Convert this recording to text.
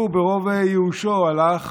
והוא, ברוב ייאושו, הלך